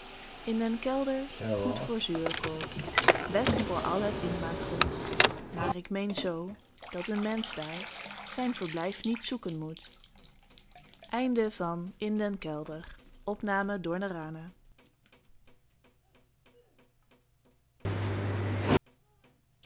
in den kelder goed voor zuurkool best voor al het inmaakgoed maar ik meen zoo dat een mensch daar zijn verblijf niet zoeken moet